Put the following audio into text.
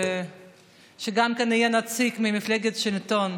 שיהיה גם נציג ממפלגת השלטון,